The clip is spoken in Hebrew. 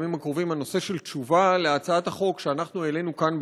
הנושא של תשובה על הצעת החוק שאנחנו העלינו כאן,